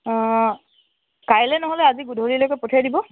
অ কাইলৈ নহ'লে আজি গধূলিলৈকে পঠিয়াই দিব